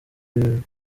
live